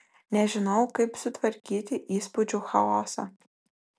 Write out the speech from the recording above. nežinojau kaip sutvarkyti įspūdžių chaosą